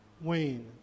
Wayne